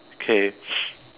okay